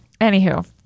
Anywho